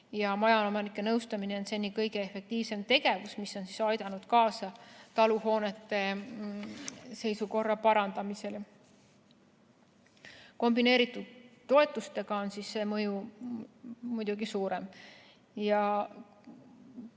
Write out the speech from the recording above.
Majaomanike nõustamine on seni kõige efektiivsem tegevus, mis on aidanud kaasa taluhoonete seisukorra parandamisele. Kombineeritult toetustega on see mõju muidugi suurem.